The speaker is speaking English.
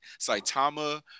Saitama